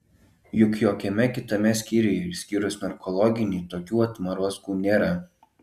juk jokiame kitame skyriuje išskyrus narkologinį tokių atmarozkų nėra